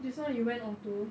just now you went ORTO